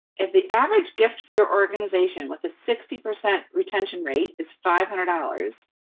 if the average gift for your organization with a sixty percent retention rate is five hundred dollars,